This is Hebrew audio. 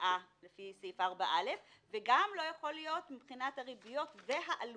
לפי סעיף 4א' וגם לא יכול להיות מבחינת הריביות והעלויות.